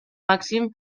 màxim